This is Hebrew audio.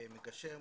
מגשר,